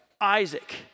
Isaac